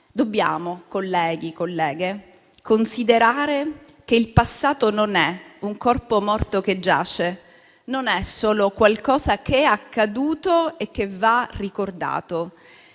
Dobbiamo, colleghi e colleghe, considerare che il passato non è un corpo morto che giace; non è solo qualcosa che è accaduto e che va ricordato.